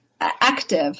active